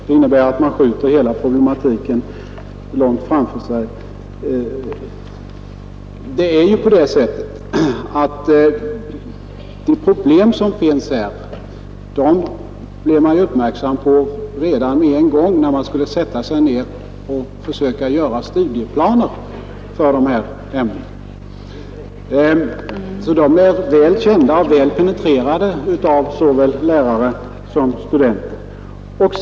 Det innebär att man skjuter hela problematiken långt framför sig. De problem som finns blev man ju uppmärksam på redan med en gång, när man skulle sätta sig ner och försöka göra studieplaner för de här ämnena, så de är väl kända och väl penetrerade av såväl lärare som studenter.